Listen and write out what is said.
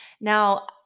Now